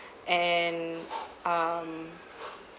and um